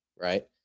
Right